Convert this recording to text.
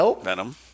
Venom